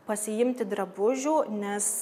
pasiimti drabužių nes